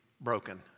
broken